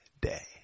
day